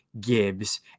Gibbs